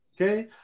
okay